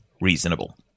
reasonable